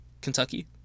Kentucky